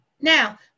Now